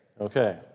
Okay